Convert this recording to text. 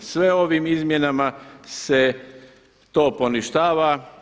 Sve ovim izmjenama se to poništava.